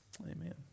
Amen